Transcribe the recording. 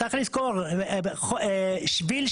הנגשה